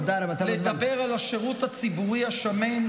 לדבר היום על השירות הציבורי השמן,